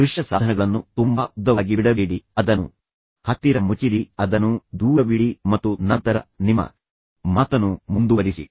ದೃಶ್ಯ ಸಾಧನಗಳನ್ನು ತುಂಬಾ ಉದ್ದವಾಗಿ ಬಿಡಬೇಡಿ ಅದನ್ನು ಬದಲಾಯಿಸಲು ಸಾಧ್ಯವಾಗದಿದ್ದರೂ ಅದನ್ನು ಬಿಡಬೇಡಿ ಅದನ್ನು ಹತ್ತಿರ ಮುಚ್ಚಿರಿ ಅದನ್ನು ದೂರವಿಡಿ ಮತ್ತು ನಂತರ ನಿಮ್ಮ ಮಾತನ್ನು ಮುಂದುವರಿಸಿ